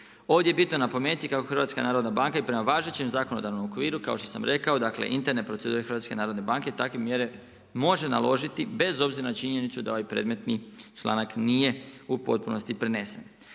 Ovdje je bitno napomenuti kako Hrvatska narodna banka i prema važećem zakonodavnom okviru kao što sam rekao, dakle interne procedure HNB-e takve mjere može naložiti bez obzira na činjenicu da ovaj predmetni članak nije u potpunosti prenesen.